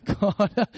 God